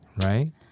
right